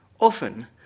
Often